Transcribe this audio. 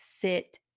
sit